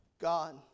God